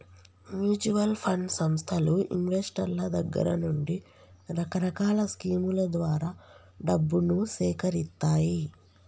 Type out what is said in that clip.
mutual fund సంస్థలు ఇన్వెస్టర్ల దగ్గర నుండి రకరకాల స్కీముల ద్వారా డబ్బును సేకరిత్తాయి